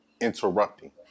interrupting